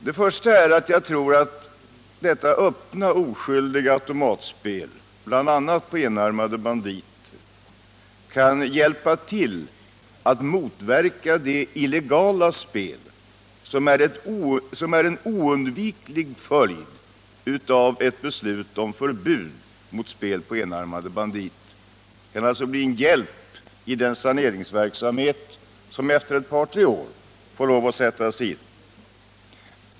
Det första är att jag tror att detta öppna, oskyldiga automatspel kan hjälpa till att motverka det illegala spel som är en oundviklig följd av ett beslut om förbud mot spel på enarmade banditer. Det kanalltså bli en hjälp i den saneringsverksamhet som efter ett par tre år får lov att sättas in.